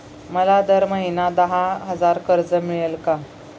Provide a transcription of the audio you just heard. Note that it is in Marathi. मला दर महिना दहा हजार कर्ज मिळेल का?